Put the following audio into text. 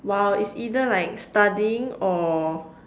!wow! it's either like studying or